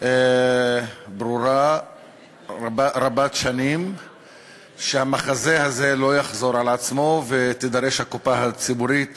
ברורה רבת-שנים שהמחזה הזה לא יחזור על עצמו והקופה הציבורית